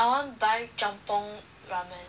I want buy jjampong ramen